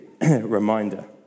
reminder